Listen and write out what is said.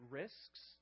risks